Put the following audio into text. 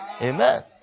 Amen